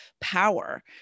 power